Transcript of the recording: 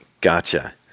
gotcha